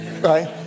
right